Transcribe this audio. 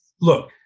look